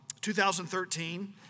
2013